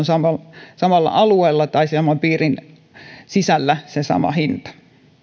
samalla samalla alueella tai saman piirin sisällä on sama hinta